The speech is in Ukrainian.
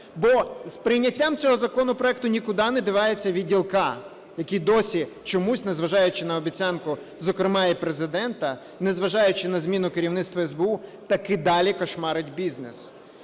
Бо з прийняттям цього законопроекту нікуди не дівається відділ "К", який досі чомусь, незважаючи на обіцянку, зокрема, і Президента, незважаючи на зміну керівництва СБУ, таки далі "кошмарить" бізнес.